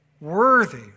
worthy